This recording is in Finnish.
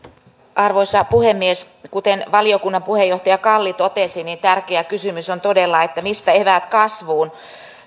arvoisa puhemies kuten valiokunnan puheenjohtaja kalli totesi niin tärkeä kysymys on todella mistä eväät kasvuun